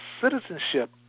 citizenship